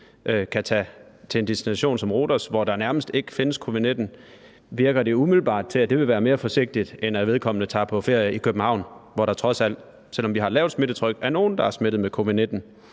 kan tage til en destination som Rhodos, hvor der nærmest ikke findes covid-19, så virker det umiddelbart til, at det ville være mere forsigtigt, end at vedkommende tog på ferie i København, hvor der trods alt, selv om vi har et lavt smittetryk, er nogle, der er smittet med covid-19.